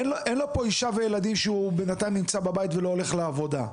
אין לו פה אישה וילדים שהוא בינתיים נמצא בבית ולא הולך לעבודה,